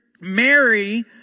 Mary